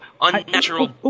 unnatural